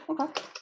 Okay